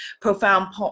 profound